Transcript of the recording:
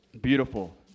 Beautiful